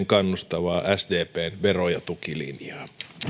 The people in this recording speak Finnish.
kannustavaa sdpn vero ja tukilinjaa